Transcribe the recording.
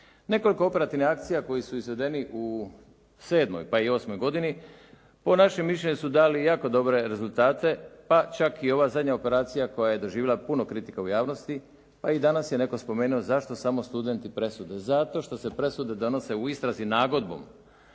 Nekoliko operativnih akcija koji su izvedeni u sedmoj pa i osmoj godini, po našem mišljenju su dali jako dobre rezultate pa čak i ova zadnja operacija koja je doživjela puno kritika u javnosti, a i danas je netko spomenuo zašto samo studenti presude. Zato što se presude donose u istrazi nagodbom.